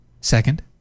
Second